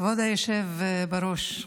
כבוד היושב-ראש,